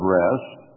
rest